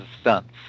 stunts